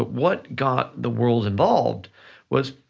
what got the world's involved was,